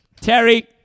terry